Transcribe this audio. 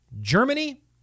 Germany